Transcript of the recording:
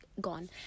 gone